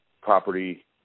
property